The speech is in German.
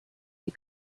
die